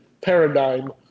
paradigm